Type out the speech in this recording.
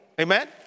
Amen